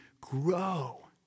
grow